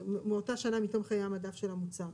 מאותה שנה מתום חיי המדף של המוצר,